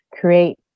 create